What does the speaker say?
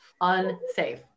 Unsafe